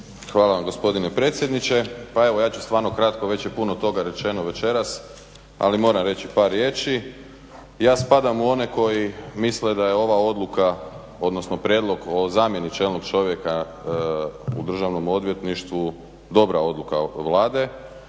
Hvala vam gospodine predsjedniče. Pa evo ja ću stvarno kratko, već je puno toga rečeno večeras, ali moram reći par riječi. Ja spadam u one koji misle da je ova odluka, odnosno prijedlog o zamjeni čelnog čovjeka u Državnom odvjetništvu dobra odluka ove Vlade.